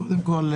קודם כול,